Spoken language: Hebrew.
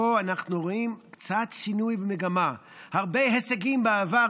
פה אנחנו רואים קצת שינוי מגמה: הרבה הישגים מן העבר,